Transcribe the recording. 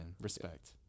Respect